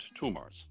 tumors